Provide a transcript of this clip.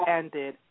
ended